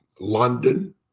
London